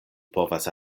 povas